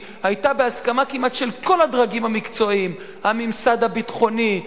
היתה בהסכמה של כמעט כל הדרגים המקצועיים: הממסד הביטחוני,